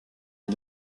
est